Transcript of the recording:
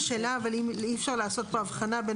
אבל השאלה אם אי אפשר לעשות פה הבחנה בין